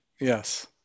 Yes